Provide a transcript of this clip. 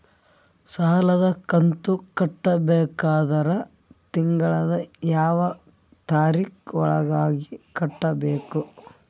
ಸಾಲದ ಕಂತು ಕಟ್ಟಬೇಕಾದರ ತಿಂಗಳದ ಯಾವ ತಾರೀಖ ಒಳಗಾಗಿ ಕಟ್ಟಬೇಕು?